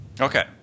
Okay